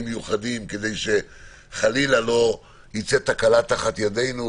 מיוחדים כדי שחלילה לא תצא תקלה תחת ידינו,